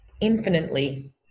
infinitely